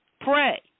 pray